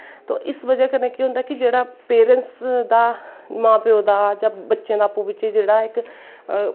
तो इस बज़ा कन्नै केह् होंदा कि पेरैंटस दा जां मां प्यो दा बच्चें दा अप्पूं बिच्चे जेह्ड़ा इक